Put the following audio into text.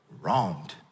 wronged